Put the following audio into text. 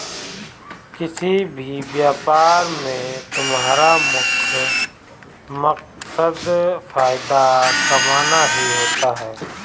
किसी भी व्यापार में तुम्हारा मुख्य मकसद फायदा कमाना ही होता है